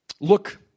Look